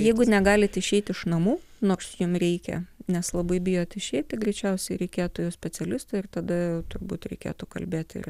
jeigu negalit išeit iš namų nors jum reikia nes labai bijot išeiti greičiausiai reikėtų jau specialisto ir tada turbūt reikėtų kalbėt ir